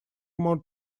more